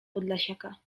podlasiaka